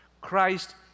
Christ